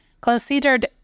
considered